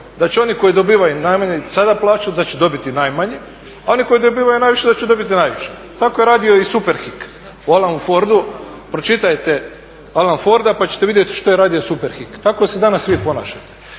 da će oni koji dobivaju najmanju sada plaću da će dobiti najmanje, a oni koji dobivaju najviše da će dobiti najviše. Tako je radio i Superhik u Alan Fordu, pročitajte Alan Forda pa ćete vidjeti što je radio Superhik, tako se danas vi ponašate.